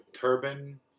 turban